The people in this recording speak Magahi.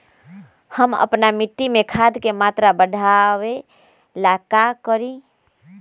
हम अपना मिट्टी में खाद के मात्रा बढ़ा वे ला का करी?